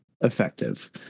effective